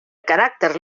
caràcter